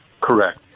Correct